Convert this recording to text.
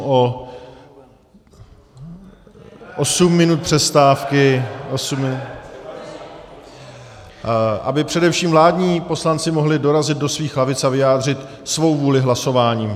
O osm minut přestávky, osm minut, aby především vládní poslanci mohli dorazit do svých lavic a vyjádřit svou vůli hlasováním.